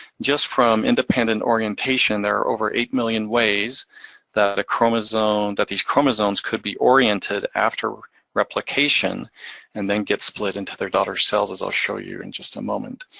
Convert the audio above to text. just from independent orientation, there are over eight million ways that that these chromosomes could be oriented after replication and then get split into their daughter cells, as i'll show you in just a moment.